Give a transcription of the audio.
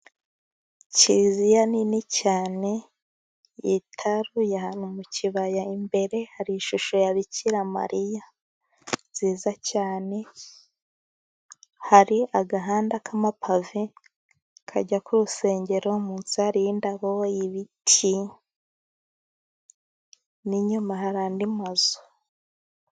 Kiriziya nini cyane yitaruye ahantu mu kibaya, imbere hari ishusho ya bikiramariya nziza cyane, hari agahanda k'amapave kajya ku rusengero, munsi hariyo indabo, ibiti, n'inyuma hariyo andi mazu.